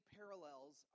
parallels